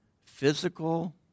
physical